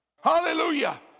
Hallelujah